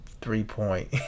three-point